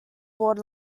board